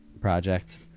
project